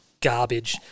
garbage